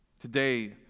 today